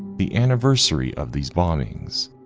the anniversary of these bombings.